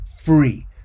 free